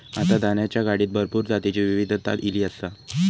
आता धान्याच्या गाडीत भरपूर जातीची विविधता ईली आसा